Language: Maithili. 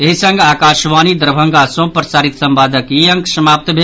एहि संग आकाशवाणी दरभंगा सँ प्रसारित संवादक ई अंक समाप्त भेल